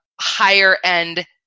higher-end